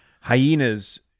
Hyenas